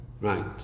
Right